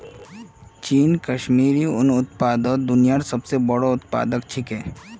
चीन कश्मीरी उन उत्पादनत पूरा दुन्यात सब स बोरो उत्पादक छिके